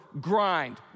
grind